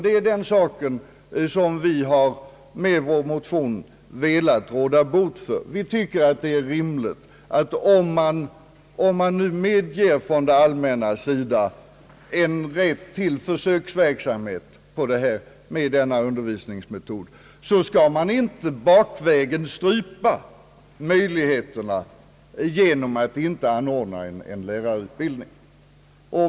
Det är den situationen som vi med vår motion har velat råda bot på. Vi tycker att om det allmänna medger försöksverksamhet med denna undervisningsmetod, så skall man inte bakvägen strypa möjligheterna genom att inte anordna en lärarutbildning.